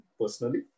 personally